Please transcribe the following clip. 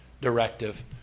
directive